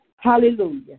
Hallelujah